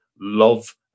love